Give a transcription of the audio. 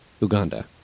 Uganda